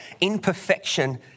Imperfection